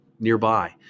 nearby